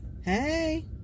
Hey